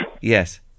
Yes